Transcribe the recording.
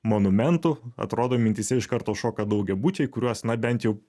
monumentu atrodo mintyse iš karto šoka daugiabučiai kuriuos na bent jau